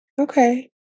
Okay